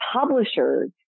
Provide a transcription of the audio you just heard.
publishers